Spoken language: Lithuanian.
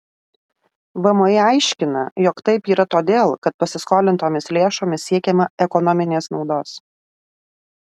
vmi aiškina jog taip yra todėl kad pasiskolintomis lėšomis siekiama ekonominės naudos